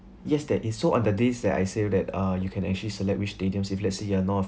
yes that is so on the day's that I say that uh you can actually select which stadiums if let's say you are not